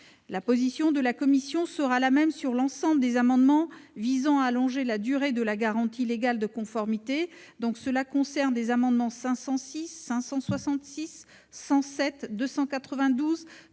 La position de la commission sera la même sur l'ensemble des amendements visant à allonger la durée de la garantie légale de conformité : avis défavorable aux amendements n 506 rectifié,